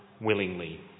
willingly